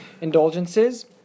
indulgences